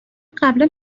قبلا